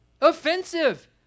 offensive